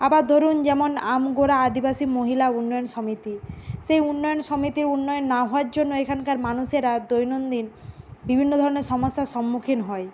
আবার ধরুন যেমন আমগোড়া আদিবাসী মহিলা উন্নয়ন সমিতি সেই উন্নয়ন সমিতির উন্নয়ন না হওয়ার জন্য এখানকার মানুষেরা দৈনন্দিন বিভিন্ন ধরনের সমস্যার সম্মুখীন হয়